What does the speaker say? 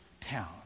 town